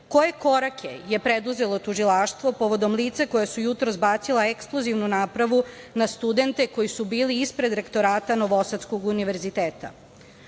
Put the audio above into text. Koje korake je preduzelo tužilaštvo povodom lica koja su jutros bacila eksplozivnu napravu na studente koji su bili ispred Rektorata novosadskog univerziteta? Da